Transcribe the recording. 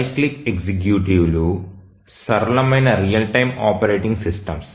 cyclic ఎగ్జిక్యూటివ్లు సరళమైన real time operating systems